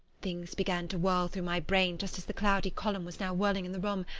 things began to whirl through my brain just as the cloudy column was now whirling in the room,